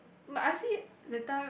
but I see that time